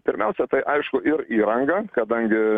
pirmiausia tai aišku ir įranga kadangi